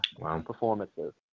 performances